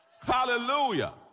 Hallelujah